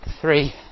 three